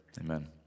Amen